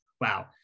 wow